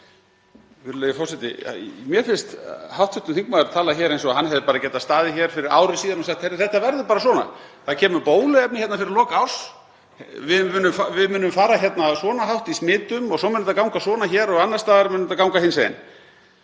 þetta verður svona. Það kemur bóluefni fyrir lok árs. Við munum fara svona hátt í smitum og svo mun þetta ganga svona hér og annars staðar mun þetta ganga hinsegin.